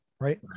right